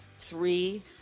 three